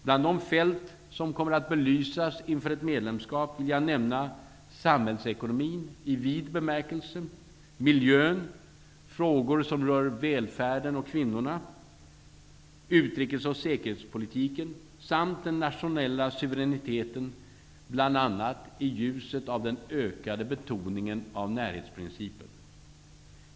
Bland de fält som kommer att belysas inför ett medlemskap vill jag nämna samhällsekonomin i vid bemärkelse, miljön, frågor som rör välfärden och kvinnorna, utrikes och säkerhetspolitiken samt den nationella suveräniteten bl.a. i ljuset av den ökade betoningen av närhetsprincipen.